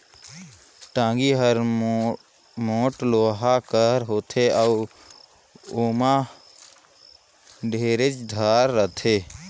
टागी हर मोट लोहा कर होथे अउ ओमहा ढेरेच धार रहेल